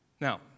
Now